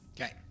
Okay